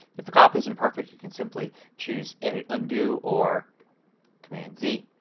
if the crop isn't perfect you can simply choose edit undo or command z.